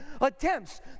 attempts